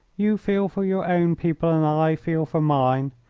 you feel for your own people and i feel for mine,